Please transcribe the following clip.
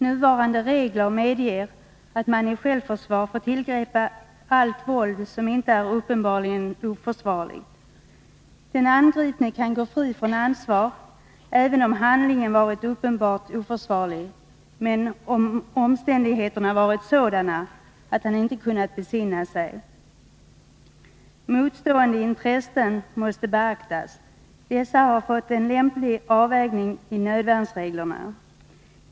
Nuvarande regler medger att man i självförsvar får tillgripa allt våld som inte är uppenbarligen oförsvarligt. Den angripne kan gå fri från ansvar även om handlingen varit uppenbart oförsvarlig, om omständigheterna har varit sådana att han inte har kunnat besinna sig. Motstående intressen måste beaktas. Dessa har fått en lämplig avvägning i nödvärnsreglerna.